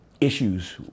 issues